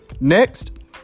Next